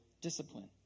discipline